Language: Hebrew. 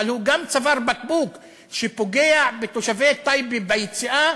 אבל הוא גם צוואר בקבוק שפוגע בתושבי טייבה ביציאה